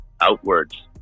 outwards